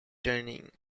turning